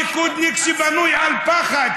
ליכודניק שבנוי על פחד.